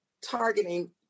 targeting